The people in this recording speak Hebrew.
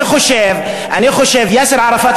אני חושב שיאסר ערפאת,